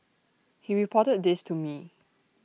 he reported this to me